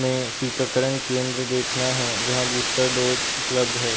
में टीकाकरण केंद्र देखना है जहाँ बूस्टर डोज़ उपलब्ध है